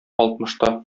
алтмышта